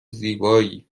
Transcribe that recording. زیبایی